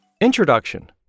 Introduction